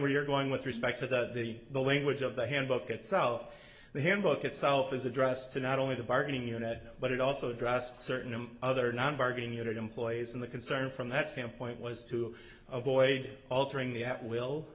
where you're going with respect to the way in which of the handbook itself the handbook itself is addressed to not only the bargaining unit but it also addressed certain of other non bargaining unit employees and the concern from that standpoint was to avoid altering the at will